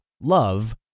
love